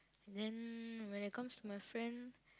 then when it comes to my friend